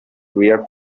wear